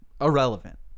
Irrelevant